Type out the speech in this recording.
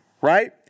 right